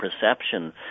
perception